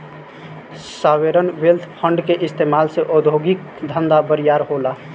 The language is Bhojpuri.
सॉवरेन वेल्थ फंड के इस्तमाल से उद्योगिक धंधा बरियार होला